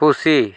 ᱯᱩᱥᱤ